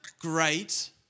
great